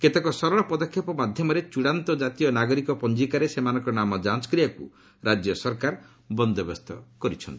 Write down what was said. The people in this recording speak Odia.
କେତେକ ସରଳ ପଦକ୍ଷେପ ମାଧ୍ୟମରେ ଚ୍ଚଡ଼ାନ୍ତ କାତୀୟ ନାଗରିକ ପଞ୍ଜିକାରେ ସେମାନଙ୍କର ନାମ ଯାଞ୍ଚ କରିବାକୁ ରାଜ୍ୟ ସରକାର ବନ୍ଦୋବସ୍ତ କରିଛନ୍ତି